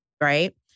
Right